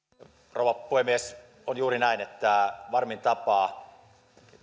rouva puhemies on juuri näin että varmin tapa